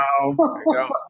Wow